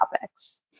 topics